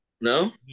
No